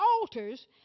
altars